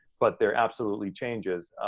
but they're absolutely changes.